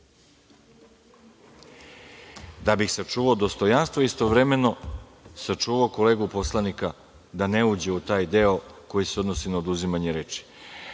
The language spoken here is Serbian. Da bih sačuvao dostojanstvo, istovremeno sačuvao kolegu poslanika da ne uđe u taj deo koji se odnosi na oduzimanje reči.